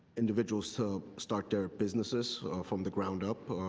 individuals so start their businesses from the ground up.